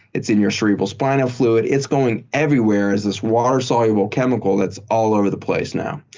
it's in your cerebral spinal fluid. it's going everywhere as this water-soluble chemical that's all over the place now.